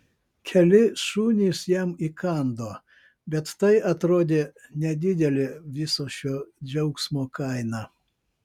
keli šunys jam įkando bet tai atrodė nedidelė viso šio džiaugsmo kaina